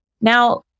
Now